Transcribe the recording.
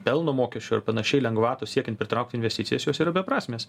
pelno mokesčio ir panašiai lengvatos siekiant pritraukt investicijas jos yra beprasmės